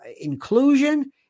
inclusion